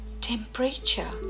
temperature